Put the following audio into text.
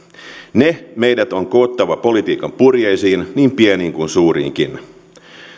ne meidän on koottava politiikan purjeisiin niin pieniin kuin suuriinkin